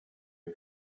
wir